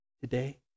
today